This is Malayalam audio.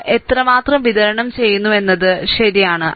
അവ എത്രമാത്രം വിതരണം ചെയ്യുന്നുവെന്നത് ശരിയാണ്